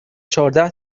چهارده